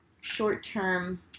short-term